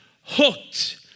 hooked